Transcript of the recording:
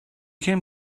came